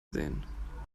sehen